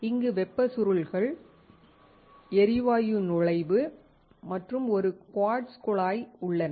இங்கு வெப்ப சுருள்கள் எரிவாயு நுழைவு மற்றும் ஒரு குவார்ட்ஸ் குழாய் உள்ளன